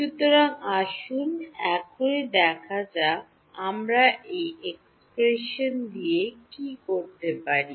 সুতরাং আসুন এখনই দেখা যাক আমরা এই এক্সপ্রেশনটি দিয়ে কী করতে পারি